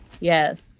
yes